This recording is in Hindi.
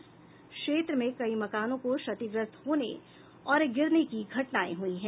इस क्षेत्र में कई मकानों को क्षतिग्रस्त होने और गिरने की घटनाएं हुई हैं